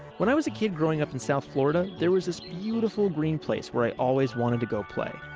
when i was a kid, growing up in south florida, there was this beautiful green place where i always wanted to go play.